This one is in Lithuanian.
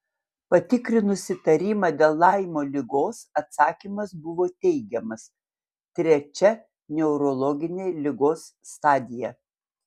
patikrinus įtarimą dėl laimo ligos atsakymas buvo teigiamas trečia neurologinė ligos stadija